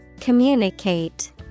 Communicate